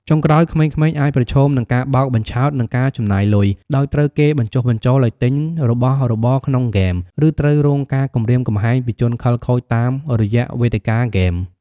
ចុងក្រោយ ក្មេងៗអាចប្រឈមនឹង ការបោកបញ្ឆោត និងការចំណាយលុយ ដោយត្រូវគេបញ្ចុះបញ្ចូលឱ្យទិញរបស់របរក្នុងហ្គេម ឬត្រូវរងការគំរាមកំហែងពីជនខិលខូចតាមរយៈវេទិកាហ្គេម។